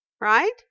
right